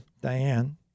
Diane